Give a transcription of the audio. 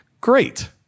Great